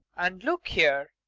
and, look here!